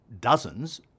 dozens